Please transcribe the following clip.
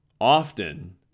Often